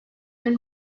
nan